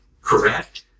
correct